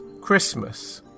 Christmas